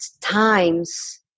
times